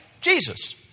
Jesus